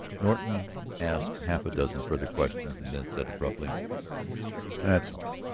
norton asked half a dozen further questions and then said abruptly that's all.